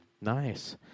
Nice